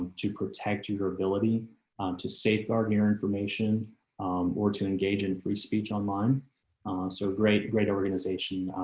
to protect your ability to safeguard your information or to engage in free speech online so great, great organization,